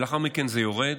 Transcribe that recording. ולאחר מכן זה יורד.